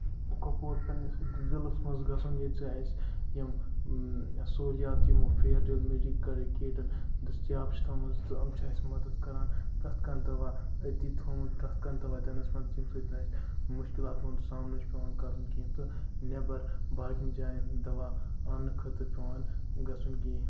کۄپوور کیٚن ضعلَس منٛز گژھُن ییٚتہِ زَن اَسہِ یِم سہوٗلِیات یِمو فیر ڈیٖل میڈِکل کِٹن دٔستِیاب چھِ تھاومٕژ تہٕ أمۍ چھِ اَسہِ مدتھ کران پرٛتھ کانٛہہ دواہ أتی تھوٚومُت پرٛتھ کانٛہہ دواہ دِنَس منٛز ییٚمہِ سۭتۍ اَسہِ مَشِکِلاتن ہُنٛد سَامنہٕ چھُ پیٚوان کرُن کیٚنٛہہ تہٕ نیٚبر باقین جاین دواہ اَننہٕ خٲطرٕ پیٚوان گژھُن کیٚنٛہہ